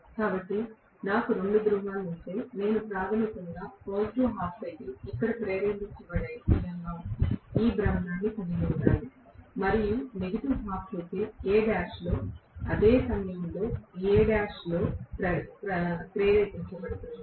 కాబట్టి నాకు రెండు ధ్రువాలు ఉంటే నేను ప్రాథమికంగా పాజిటివ్ హాఫ్ సైకిల్ ఇక్కడ ప్రేరేపించబడే విధంగా ఈ భ్రమణాన్ని కలిగి ఉండాలి మరియు నెగిటివ్ హాఫ్ సైకిల్ Al లో అదే సమయంలో Al లో అదే సమయంలో ప్రేరేపించబడుతుంది